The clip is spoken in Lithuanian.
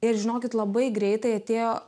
ir žinokit labai greitai atėjo